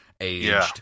aged